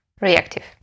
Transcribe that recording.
reactive